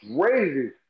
crazy